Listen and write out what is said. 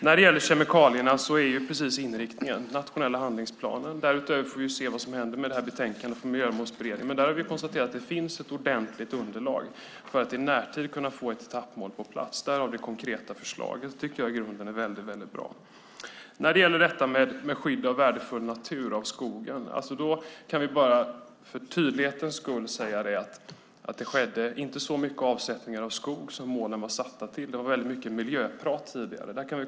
När det gäller kemikalierna så är inriktningen nationella handlingsplaner. Därutöver får vi se vad som händer ned betänkandet från Miljömålsberedningen. Vi har dock konstaterat att det finns ett ordentligt underlag för att i närtid kunna få ett etappmål på plats. Där har vi konkreta förslag. Det tycker jag är mycket bra. Vad gäller skydd av värdefull natur skedde det inte så mycket avsättning av skog som målen var satta till. Det var mycket miljöprat tidigare.